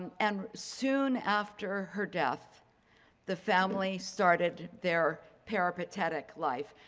and and soon after her death the family started their peripatetic life.